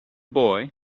boy